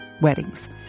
weddings